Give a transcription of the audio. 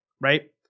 right